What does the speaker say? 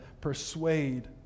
persuade